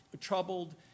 troubled